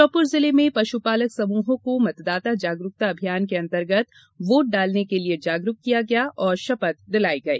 श्योपुर जिल में पशुपालक समूहों को मतदाता जागरूकता अभियान के अंतर्गत वोट डालने के लिए जागरूक किया गया और शपथ दिलाई गई